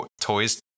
toys